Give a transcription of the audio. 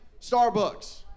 Starbucks